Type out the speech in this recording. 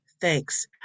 thanks